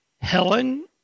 helen